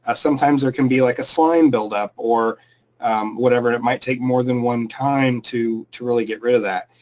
ah sometimes there can be like a slime build up or whatever, and it might take more than one time to to really get rid of that,